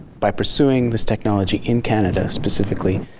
by pursuing this technology in canada specifically.